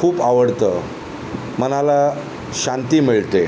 खूप आवडतं मनाला शांती मिळते